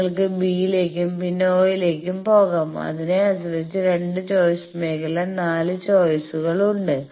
നിങ്ങൾക്ക് B യിലേക്കും പിന്നെ O യിലേക്കും പോകാം അതിനെ ആശ്രയിച്ച് 2 ചോയ്സ് മേഖല നാല് ചോയ്സുകൾ ഉണ്ട്